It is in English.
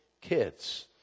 kids